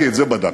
כי את זה בדקנו.